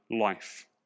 life